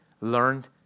learned